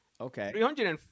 Okay